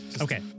Okay